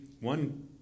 one